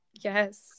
Yes